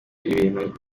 ibintu